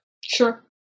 Sure